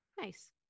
Nice